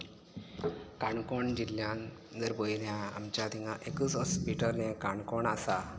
काणकोण जिल्ल्यांत जर पयल्या आमच्या थिंगां एकूच हॉस्पिटल हें काणकोण आसा